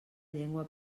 llengua